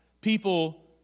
people